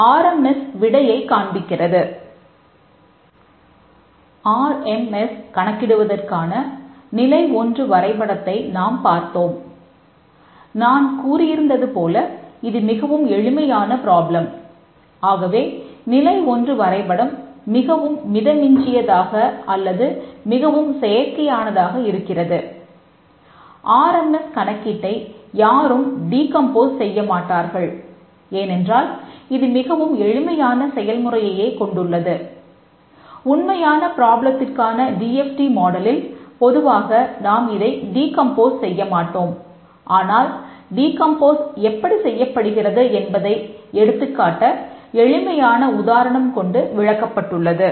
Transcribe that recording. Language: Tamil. ஆர் எம் எஸ் எப்படி செய்யப்படுகிறது என்பதை எடுத்துக்காட்ட எளிமையான உதாரணம் கொண்டு விளக்கப்பட்டுள்ளது